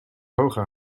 hoger